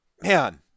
man